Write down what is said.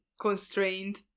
constrained